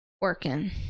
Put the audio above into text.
working